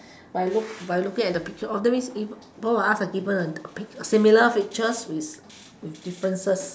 by look by looking at the pictures or that means both of us are given similar pictures with with differences